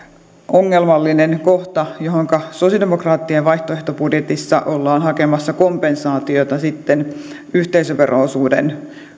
ongelmallinen kohta johonka sosialidemokraattien vaihtoehtobudjetissa ollaan sitten hakemassa kompensaatiota yhteisövero osuuden